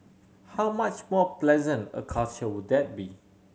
how much more pleasant a culture would that be